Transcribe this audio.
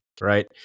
right